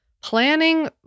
planning